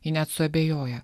ji net suabejoja